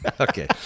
Okay